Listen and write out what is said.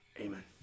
Amen